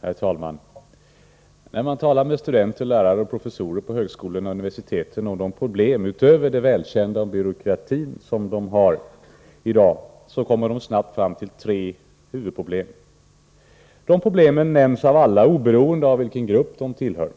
Herr talman! När man talar med studenter, lärare och professorer på högskolorna och universiteten om de problem som de har i dag — utöver de välkända om byråkratin — kommer de snabbt fram till tre huvudproblem. Dessa problem nämns av alla, oberoende av vilken grupp personerna tillhör.